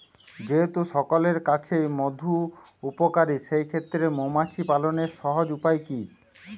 যেহেতু সকলের কাছেই মধু উপকারী সেই ক্ষেত্রে মৌমাছি পালনের সহজ উপায় কি?